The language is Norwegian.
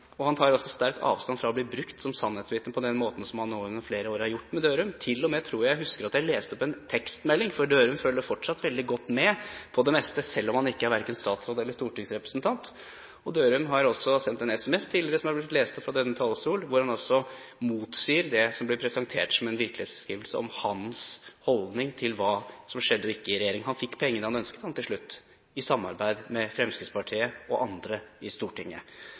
Han tar sterkt avstand fra å bli brukt som sannhetsvitne på den måten som man nå over flere år har gjort med Dørum. Jeg tror til og med jeg husker at jeg leste opp en tekstmelding for Dørum, for han følger fortsatt veldig godt med på det meste, selv om han verken er statsråd eller stortingsrepresentant. Dørum har også sendt en SMS tidligere som er blitt lest opp fra denne talerstol, hvor han altså motsier det som blir presentert som en virkelighetsbeskrivelse om hans holdning til hva som skjedde eller ikke skjedde i regjering. Han fikk de pengene han ønsket til slutt, i samarbeid med Fremskrittspartiet og andre i Stortinget.